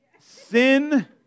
Sin